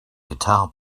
guitar